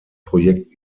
projekt